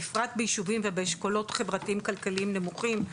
בפרט בישובים ובאשכולות חברתיים כלכליים נמוכים,